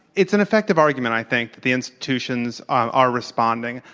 it's an effective argument, i think. the institutions are responding.